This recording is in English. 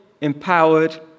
empowered